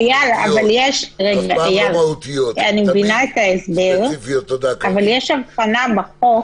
איל, אני מבינה את ההסבר, אבל יש הבחנה בחוק